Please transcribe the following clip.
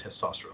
testosterone